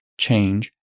Change